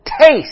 taste